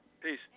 Peace